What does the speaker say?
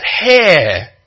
hair